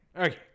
Okay